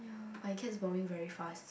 but it gets boring very fast